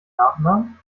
nachnamen